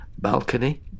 balcony